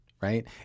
Right